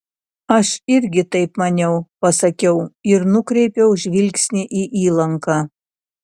aš irgi taip maniau pasakiau ir nukreipiau žvilgsnį į įlanką